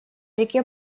реке